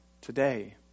today